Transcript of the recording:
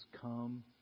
come